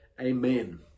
Amen